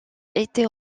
était